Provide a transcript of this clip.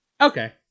okay